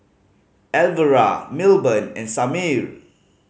Alvera Milburn and Samir